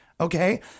Okay